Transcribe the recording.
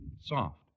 soft